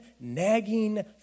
nagging